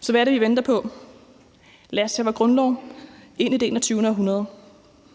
Så hvad er det, I venter på? Lad os tage vor grundlov ind i det 21.